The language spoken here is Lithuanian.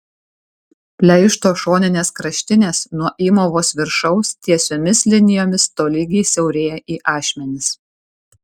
pleišto šoninės kraštinės nuo įmovos viršaus tiesiomis linijomis tolygiai siaurėja į ašmenis